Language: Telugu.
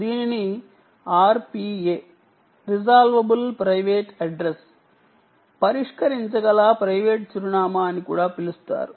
దీనిని RPA పరిష్కరించగల ప్రైవేట్ అడ్రస్ అని కూడా పిలుస్తారు